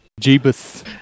Jeebus